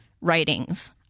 writings